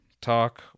talk